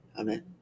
Amen